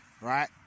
right